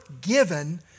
given